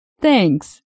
Thanks